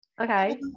Okay